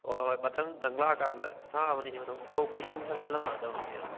ꯍꯣꯏ ꯍꯣꯏ ꯃꯊꯪ ꯅꯪ ꯂꯥꯛꯑꯀꯥꯟꯗ ꯊꯥꯕꯅꯤ ꯑꯗꯨꯝ ꯊꯣꯛ ꯏꯁꯪ ꯁꯪꯍꯜꯂꯝꯃꯗꯧꯅꯤ ꯀꯩꯅꯣ